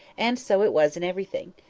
and so it was in everything.